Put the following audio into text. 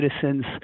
citizens